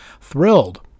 thrilled